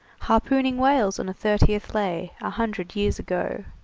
harpooning whales on a thirtieth lay, a hundred years ago.